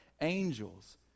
angels